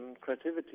creativity